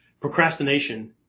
Procrastination